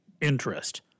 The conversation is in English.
interest